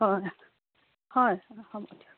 হয় হয় হয়